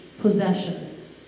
possessions